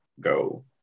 go